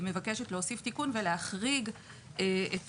מבקשת להוסיף תיקון ולהחריג את